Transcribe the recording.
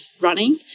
running